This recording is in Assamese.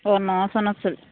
অঁ ন চনত চ